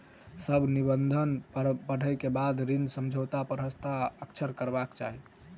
सभ निबंधन पढ़ै के बाद ऋण समझौता पर हस्ताक्षर करबाक चाही